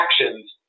actions